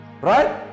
right